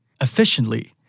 efficiently